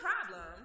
problem